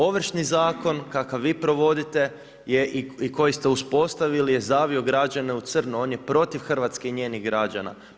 Ovršni zakon kakav vi provodite je i koji ste uspostavili je zavio građane u crno, on je protiv Hrvatske i njenih građana.